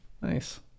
Nice